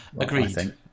agreed